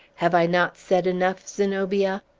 have i not said enough, zenobia?